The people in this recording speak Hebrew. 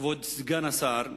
כבוד סגן השר,